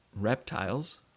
reptiles